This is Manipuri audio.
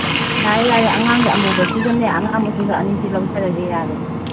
ꯌꯥꯔꯦ ꯌꯥꯔꯦ ꯑꯉꯥꯡꯒꯤ ꯑꯃꯨꯕꯁꯤꯒꯅꯦ ꯑꯉꯥꯡꯕꯁꯤꯒ ꯑꯅꯤꯁꯤ ꯂꯧꯖꯔꯒꯦ ꯌꯥꯔꯦ